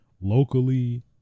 locally